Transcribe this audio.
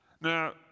Now